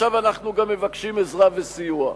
עכשיו אנחנו מבקשים עזרה וסיוע.